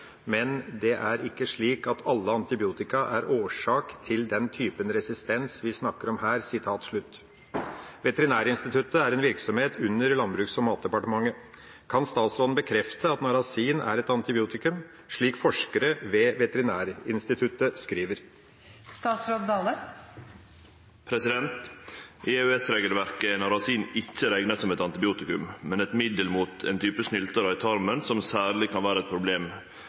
men det er ikke slik at alle antibiotika er årsak til den typen resistens vi snakker om her.» Veterinærinstituttet er en virksomhet under Landbruks- og matdepartementet. Kan statsråden bekrefte at narasin er et antibiotikum, slik forskerne ved Veterinærinstituttet skriver?» I EØS-regelverket er narasin ikkje rekna som eit antibiotikum, men eit middel mot ein type snyltarar i tarmen som særleg kan vere eit problem